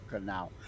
now